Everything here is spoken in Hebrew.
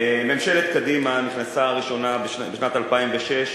ממשלת קדימה נכנסה ראשונה בשנת 2006,